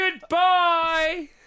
Goodbye